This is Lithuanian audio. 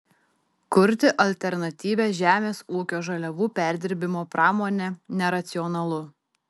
kurti alternatyvią žemės ūkio žaliavų perdirbimo pramonę neracionalu